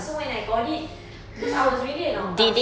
so when I got it because I was really an outcast